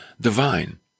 divine